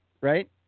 right